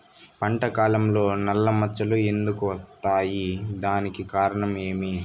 పంట కాలంలో నల్ల మచ్చలు ఎందుకు వస్తాయి? దానికి కారణం ఏమి?